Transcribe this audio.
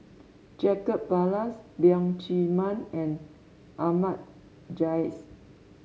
Jacob Ballas Leong Chee Mun and Ahmad Jais